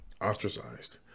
ostracized